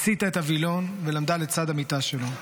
היא הסיטה את הווילון ולמדה לצד המיטה שלו.